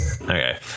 Okay